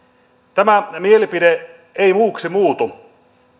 tämä mielipide ei muuksi muutu